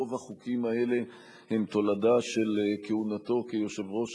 רוב החוקים האלה הם תולדה של כהונתו כיושב-ראש